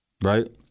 right